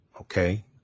Okay